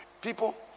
People